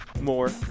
more